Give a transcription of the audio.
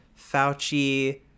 Fauci